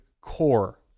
core